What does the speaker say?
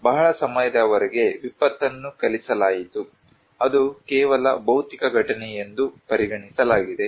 ಬಹಳ ಸಮಯದವರೆಗೆ ವಿಪತ್ತನ್ನು ಕಲಿಸಲಾಯಿತು ಅದು ಕೇವಲ ಭೌತಿಕ ಘಟನೆ ಎಂದು ಪರಿಗಣಿಸಲಾಗಿದೆ